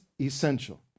essential